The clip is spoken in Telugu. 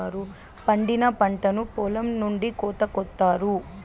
పండిన పంటను పొలం నుండి కోత కొత్తారు